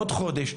עוד חודש,